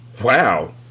Wow